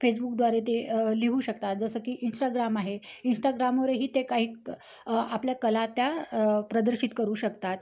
फेसबुकद्वारे ते लिहू शकतात जसं की इंस्टाग्राम आहे इंस्टाग्रामवरही ते काही क आपल्या कला त्या प्रदर्शित करू शकतात